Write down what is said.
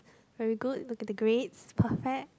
very good with the grades perfect